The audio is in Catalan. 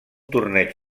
torneig